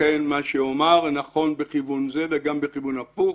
לכן, מה שאומר נכון בכיוון זה וגם בכיוון ההפוך.